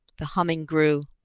the humming grew.